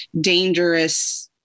dangerous